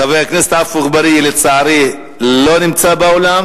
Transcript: חבר הכנסת עפו אגבאריה, לצערי, אינו באולם,